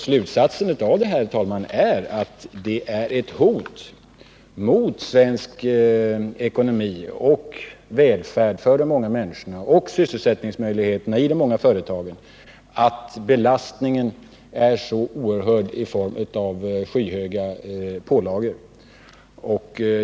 Slutsatsen av detta, herr talman, är att det är ett hot mot svensk ekonomi, mot välfärden för de många människorna och sysselsättningsmöjligheterna för de många företagen, att belastningen är så oerhörd i form av skyhöga pålagor.